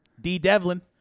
D-Devlin